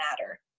matter